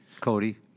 Cody